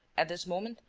at this moment,